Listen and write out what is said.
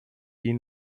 die